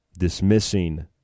dismissing